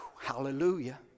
Hallelujah